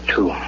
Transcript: Two